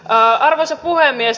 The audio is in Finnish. arvoisa puhemies